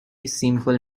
simple